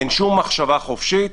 אין שום מחשבה חופשית,